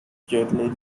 totally